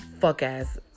fuck-ass